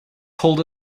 told